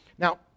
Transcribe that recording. Now